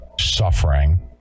suffering